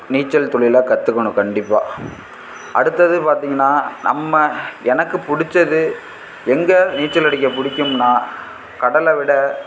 நீச்சல் தொழில கற்றுக்கணும் கண்டிப்பாக அடுத்தது பார்த்தீங்கன்னா நம்ம எனக்குப் பிடிச்சது எங்கே நீச்சல் அடிக்க பிடிக்கும்னா கடலை விட